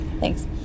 Thanks